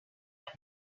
are